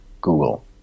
Google